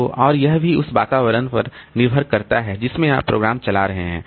तो और यह भी उस वातावरण पर निर्भर करता है जिसमें आप प्रोग्राम चला रहे हैं